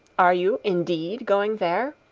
are you, indeed, going there?